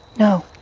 no.